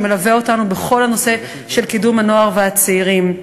שמלווה אותנו בכל הנושא של קידום הנוער והצעירים.